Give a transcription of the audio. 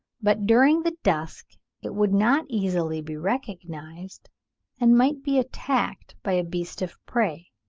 but during the dusk it would not easily be recognised and might be attacked by a beast of prey.